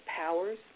powers